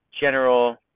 general